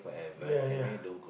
ya ya